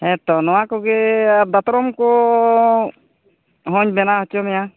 ᱦᱮᱸ ᱛᱚ ᱱᱚᱣᱟ ᱠᱚᱜᱮ ᱟᱨ ᱫᱟᱛᱨᱚᱢ ᱠᱚ ᱦᱚᱧ ᱵᱮᱱᱟᱣ ᱦᱚᱪᱚ ᱢᱮᱭᱟ